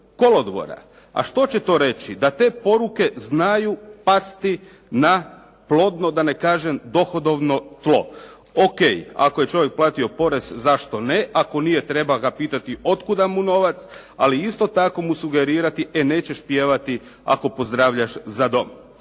kolodvora. A što će to reći, da te poruke znaju pasti na plodno da ne kažem dohodovno tlo. O.K. ako je čovjek platio porez, zašto ne, ako nije treba ga pitati otkuda mu novac, ali isto tako mu sugerirati ako pozdravljaš za Dom.